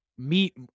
meet